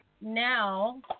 now